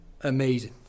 amazing